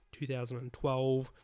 2012